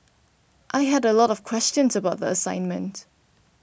I had a lot of questions about the assignment